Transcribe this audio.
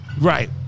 right